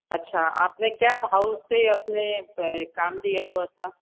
अच्छा आप ने क्या भाव से अपने काम दिया हुआ था